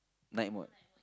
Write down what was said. night mode